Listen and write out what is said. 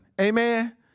Amen